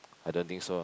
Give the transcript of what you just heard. I don't think so lah